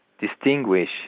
distinguish